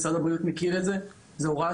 משרד הבריאות מכיר את זה; זוהי הוראה